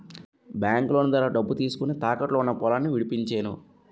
బాంకులోను ద్వారా డబ్బు తీసుకొని, తాకట్టులో ఉన్న పొలాన్ని విడిపించేను